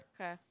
Okay